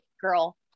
girl